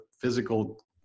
physical